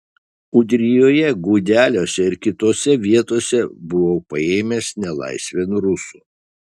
ūdrijoje gudeliuose ir kitose vietose buvau paėmęs nelaisvėn rusų